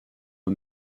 eux